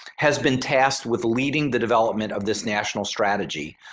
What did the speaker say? has been tasked with leading the development of this national strategy.